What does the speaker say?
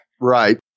Right